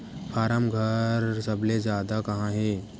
form घर सबले जादा कहां हे